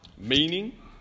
Meaning